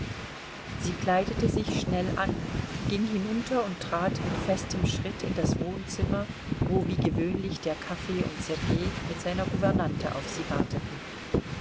sie kleidete sich schnell an ging hinunter und trat mit festem schritt in das wohnzimmer wo wie gewöhnlich der kaffee und sergei mit seiner gouvernante auf sie warteten